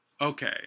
Okay